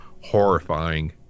horrifying